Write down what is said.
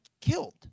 killed